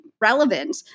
relevant